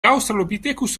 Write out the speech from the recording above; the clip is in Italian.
australopithecus